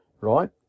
right